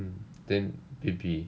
mm then B B